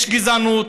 שיש גזענות